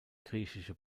griechische